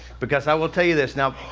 because i will tell you this now,